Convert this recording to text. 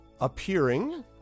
appearing